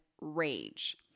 rage